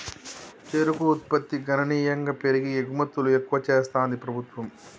చెరుకు ఉత్పత్తి గణనీయంగా పెరిగి ఎగుమతులు ఎక్కువ చెస్తాంది ప్రభుత్వం